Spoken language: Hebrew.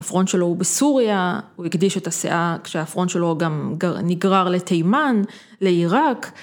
הפרונט שלו הוא בסוריה, הוא הקדיש את הסאה כשהפרונט שלו גם נגרר לתימן, לעיראק.